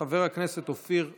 חבר הכנסת אופיר כץ,